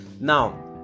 now